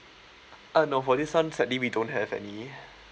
uh no for this one sadly we don't have any